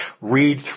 read